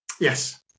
Yes